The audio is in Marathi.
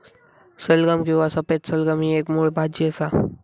सलगम किंवा सफेद सलगम ही एक मुळ भाजी असा